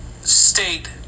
state